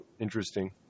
interesting